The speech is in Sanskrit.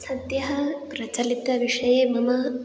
सद्यः प्रचलितविषये मम